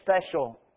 special